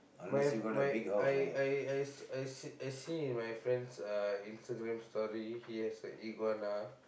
my my I I I s~ I I see in my friend's uh Instagram story he has a iguana